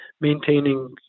maintaining